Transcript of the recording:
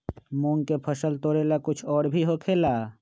मूंग के फसल तोरेला कुछ और भी होखेला?